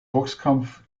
boxkampf